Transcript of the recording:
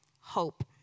hope